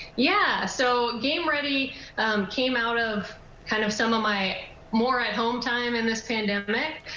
yeah, so game ready came out of kind of some of my more at home time in this pandemic.